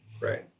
right